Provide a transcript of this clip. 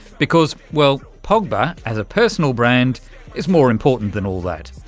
because, well pogba as a personal brand is more important than all that.